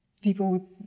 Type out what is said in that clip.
People